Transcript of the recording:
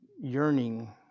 yearning